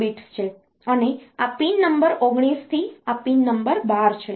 અને આ pin number 19 થી આ પિન નંબર 12 છે